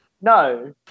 No